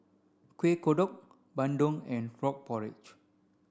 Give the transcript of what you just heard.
Kueh Kodok Bandung and frog porridge